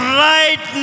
right